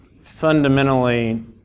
fundamentally